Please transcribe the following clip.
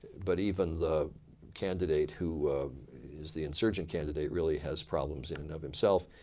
but even the candidate who is the insurgent candidate really has problems in and of himself.